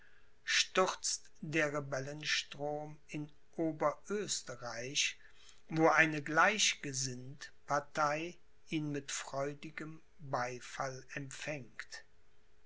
stürzt der rebellenstrom in oberösterreich wo eine gleichgesinnt partei ihn mit freudigem beifall empfängt